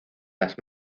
las